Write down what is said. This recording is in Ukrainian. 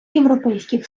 європейських